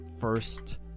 first